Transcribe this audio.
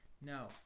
No